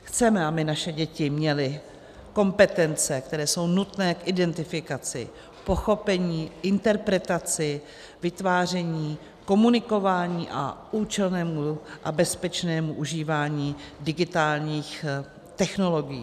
Chceme, aby naše děti měly kompetence, které jsou nutné k identifikaci, pochopení, interpretaci, vytváření, komunikování a účelnému a bezpečnému užívání digitálních technologií.